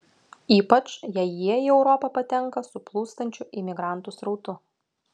ypač jei jie į europą patenka su plūstančiu imigrantų srautu